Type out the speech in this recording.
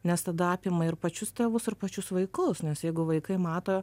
nes tada apima ir pačius tėvus ir pačius vaikus nes jeigu vaikai mato